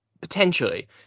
potentially